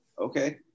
okay